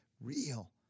real